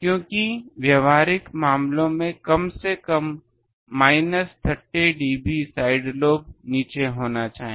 क्योंकि व्यावहारिक मामलों में कम से कम माइनस 30 dB साइड लोब नीचे होना चाहिए